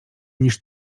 niż